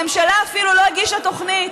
הממשלה אפילו לא הגישה תוכנית,